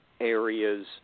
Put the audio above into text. Areas